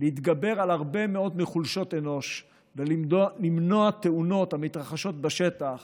להתגבר על הרבה מאוד חולשות אנוש ולמנוע תאונות המתרחשות בשטח